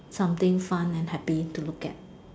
something fun and happy to look at